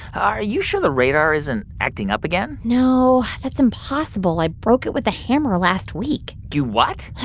are you sure the radar isn't acting up again? no. that's impossible. i broke it with a hammer last week you what?